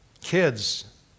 kids